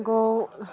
گوٚو